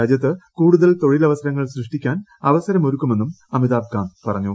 രാജ്യത്ത് കൂടുതൽ തൊഴിലവസരങ്ങൾ സൃഷ്ടിക്കാൻ അവസരമൊരുക്കുമെന്നും അമിതാബ് കാന്ദ് പറഞ്ഞു